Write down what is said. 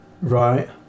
Right